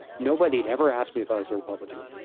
nobody ever asked me if i was a republican.